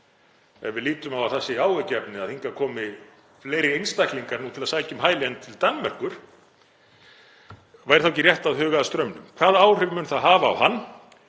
Ef við lítum á að það sé áhyggjuefni að hingað komi fleiri einstaklingar til að sækja um hæli en til Danmerkur, væri þá ekki rétt að huga að straumnum? Hvaða áhrif mun það hafa á hann